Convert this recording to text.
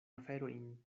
aferojn